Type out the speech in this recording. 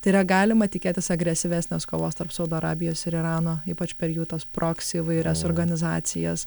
tai yra galima tikėtis agresyvesnės kovos tarp saudo arabijos ir irano ypač per jų tos progsi įvairias organizacijas